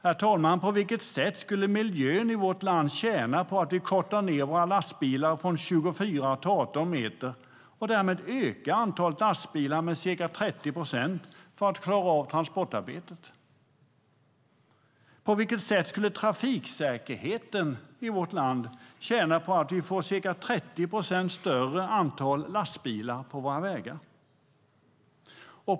På vilket sätt, herr talman, skulle miljön i vårt land tjäna på att vi kortar ned våra lastbilar från 24 m till 18 m och därmed ökar antalet lastbilar med ca 30 procent för att klara av transportarbetet? På vilket sätt skulle trafiksäkerheten i vårt land tjäna på att vi får ca 30 procent fler lastbilar på våra vägar?